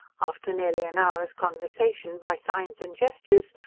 after nearly an hour's conversation by signs and gestures,